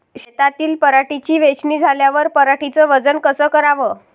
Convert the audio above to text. शेतातील पराटीची वेचनी झाल्यावर पराटीचं वजन कस कराव?